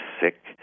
sick